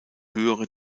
höhere